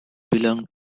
belonged